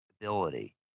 ability